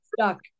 stuck